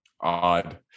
Odd